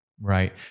Right